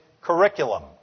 curriculum